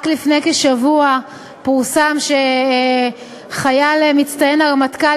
רק לפני כשבוע פורסם שחייל מצטיין הרמטכ"ל,